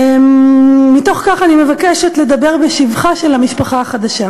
מתוך כך אני מבקשת לדבר בשבחה של המשפחה החדשה.